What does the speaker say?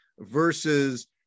Versus